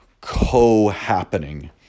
co-happening